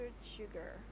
sugar